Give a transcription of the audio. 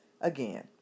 again